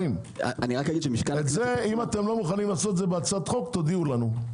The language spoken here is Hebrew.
אם אתם לא מוכנים לעשות את זה בהצעת חוק - תודיעו לנו.